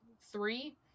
three